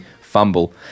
fumble